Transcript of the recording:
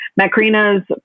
Macrina's